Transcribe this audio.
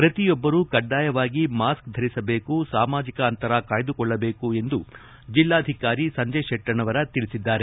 ಪ್ರತಿಯೊಬ್ಬರೂ ಕಡ್ಡಾಯವಾಗಿ ಮಾಸ್ಕ್ ಧರಿಸಬೇಕು ಸಾಮಾಜಿಕ ಅಂತರ ಕಾಯ್ದುಕೊಳ್ಳಬೇಕು ಎಂದು ಜಿಲ್ಲಾಧಿಕಾರಿ ಸಂಜಯ ಶೆಟ್ಟಣವರ ತಿಳಿಸಿದ್ದಾರೆ